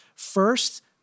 First